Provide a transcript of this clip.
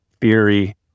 theory